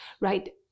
right